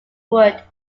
word